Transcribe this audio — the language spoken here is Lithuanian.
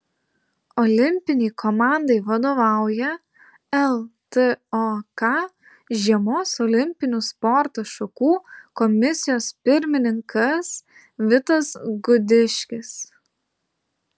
olimpinei komandai vadovauja ltok žiemos olimpinių sporto šakų komisijos pirmininkas vitas gudiškis